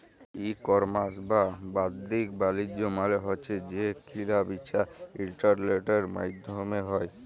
ই commerce বা বাদ্দিক বালিজ্য মালে হছে যে কিলা বিচা ইলটারলেটের মাইধ্যমে হ্যয়